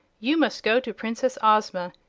you must go to princess ozma.